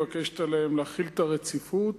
מבקשת להחיל עליהם את הרציפות,